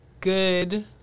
good